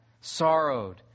Sorrowed